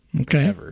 Okay